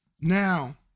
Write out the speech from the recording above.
Now